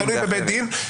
תלוי באיזה בית דין,